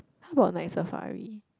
how about Night Safari